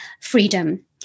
freedom